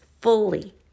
fully